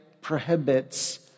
prohibits